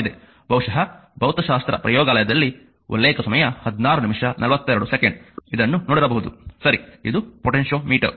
ಬಹುಶಃ ಭೌತಶಾಸ್ತ್ರ ಪ್ರಯೋಗಾಲಯದಲ್ಲಿ ಇದನ್ನು ನೋಡಿರಬಹುದು ಸರಿ ಇದು ಪೊಟೆನ್ಟಿಯೊಮೀಟರ್